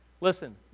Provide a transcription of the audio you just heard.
Listen